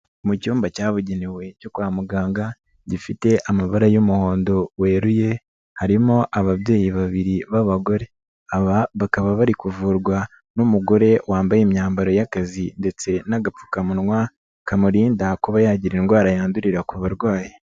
Mu cyumba cyabugenewe cyo kwa muganga gifite amabara y'umuhondo weruye harimo ababyeyi babiri b'abagore, aba bakaba bari kuvurwa n'umugore wambaye imyambaro y'akazi ndetse n'agapfukamunwa kamurinda kuba yagira indwara yandurira ku barwayi.